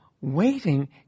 waiting